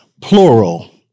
Plural